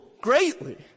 greatly